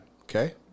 Okay